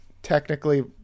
technically